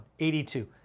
82